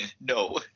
no